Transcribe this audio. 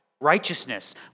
Righteousness